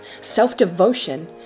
self-devotion